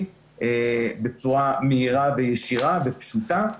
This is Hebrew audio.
באופן ישיר בצורה מהירה וישירה ופשוטה,